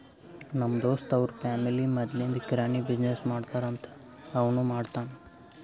ನಮ್ ದೋಸ್ತ್ ಅವ್ರ ಫ್ಯಾಮಿಲಿ ಮದ್ಲಿಂದ್ ಕಿರಾಣಿ ಬಿಸಿನ್ನೆಸ್ ಮಾಡ್ತಾರ್ ಅಂತ್ ಅವನೂ ಮಾಡ್ತಾನ್